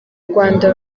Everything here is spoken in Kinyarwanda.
rwanda